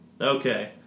Okay